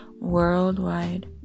Worldwide